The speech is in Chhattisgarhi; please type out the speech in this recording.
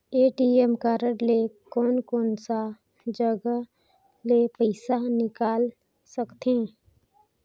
ए.टी.एम कारड ले कोन कोन सा जगह ले पइसा निकाल सकथे?